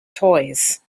toys